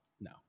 No